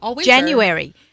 January